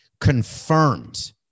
confirmed